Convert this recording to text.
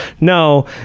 no